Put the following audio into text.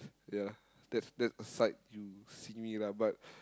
ya that's that side you see me lah but